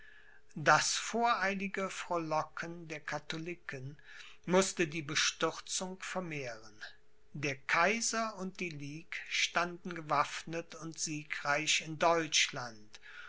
das voreilige frohlocken der katholiken mußte die bestürzung vermehren der kaiser und die ligue standen gewaffnet und siegreich in deutschland